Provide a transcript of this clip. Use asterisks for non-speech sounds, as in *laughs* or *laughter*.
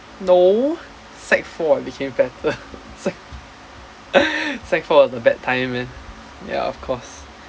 no sec~ four I became fatter sec~~ *laughs* sec four was a bad time many a of course